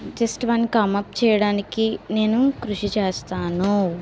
just one come up చేయడానికి నేను కృషి చేస్తాను